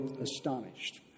astonished